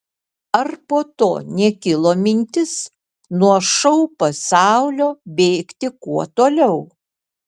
ar po to nekilo mintis nuo šou pasaulio bėgti kuo toliau